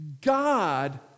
God